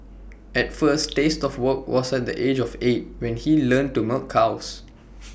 his first taste of work was at the age of eight when he learned to milk cows